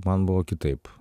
man buvo kitaip